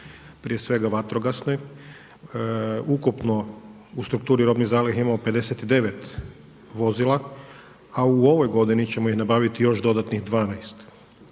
prije svega vatrogasnoj, ukupno u strukturi robnih zaliha imamo 59 vozila, a u ovoj godini ćemo nabaviti još dodatnih 12.